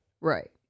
Right